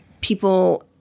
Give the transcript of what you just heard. People